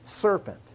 serpent